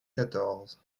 quatorze